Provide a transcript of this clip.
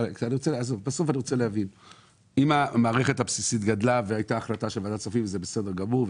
אם המערכת הבסיסית גדלה והייתה החלטה של ועדת כספים זה בסדר גמור,